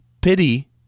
Pity